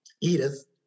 Edith